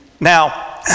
Now